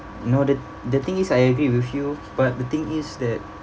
no the the thing is I agree with you but the thing is that